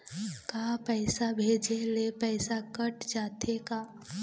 का पैसा भेजे ले पैसा कट जाथे का?